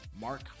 Mark